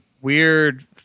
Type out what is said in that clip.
weird